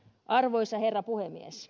arvoisa herra puhemies